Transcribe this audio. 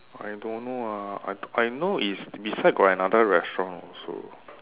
I don't know ah I I know is beside got another restaurant also